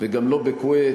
וגם לא בכוויית,